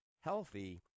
healthy